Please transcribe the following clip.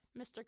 Mr